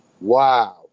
wow